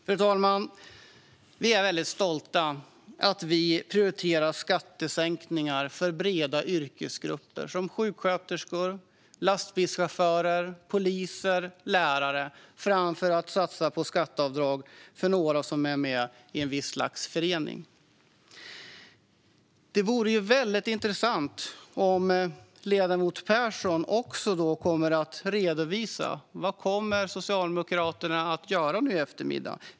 Fru talman! Vi är stolta över att vi prioriterar skattesänkningar för breda yrkesgrupper som sjuksköterskor, lastbilschaufförer, poliser och lärare framför att satsa på skatteavdrag för några som är med i ett visst slags förening. Det vore väldigt intressant om ledamot Persson också ville redovisa vad Socialdemokraterna kommer att göra nu i eftermiddag.